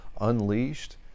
unleashed